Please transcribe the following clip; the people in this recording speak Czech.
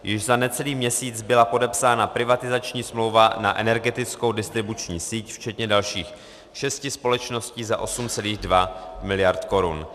Již za necelý měsíc byla podepsána privatizační smlouva na energetickou distribuční síť včetně dalších šesti společností za 8,2 miliardy korun.